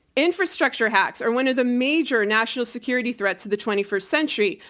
infrastructure hacks are one of the major national security threats of the twenty first century,